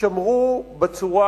יישמרו בצורה